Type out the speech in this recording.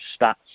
stats